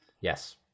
Yes